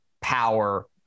power